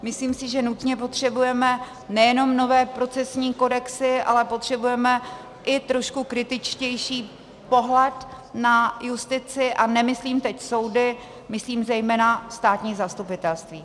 Myslím si, že nutně potřebujeme nejenom nové procesní kodexy, ale potřebujeme i trošku kritičtější pohled na justici, a nemyslím teď soudy, myslím zejména státní zastupitelství.